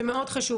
זה מאוד חשוב.